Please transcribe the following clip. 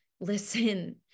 Listen